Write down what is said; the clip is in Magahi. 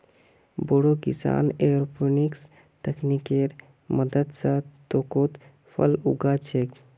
बोरो किसान एयरोपोनिक्स तकनीकेर मदद स थोकोत फल उगा छोक